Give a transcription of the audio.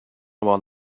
about